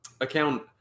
account